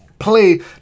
play